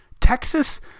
Texas